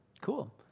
cool